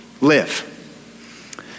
live